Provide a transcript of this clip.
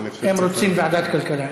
הם רוצים ועדת כלכלה.